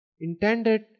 intended